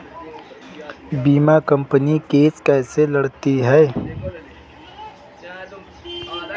बीमा company case कैसे लड़ती है?